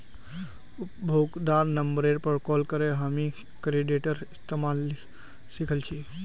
उपभोक्तार नंबरेर पर कॉल करे हामी कार्डेर इस्तमाल सिखल छि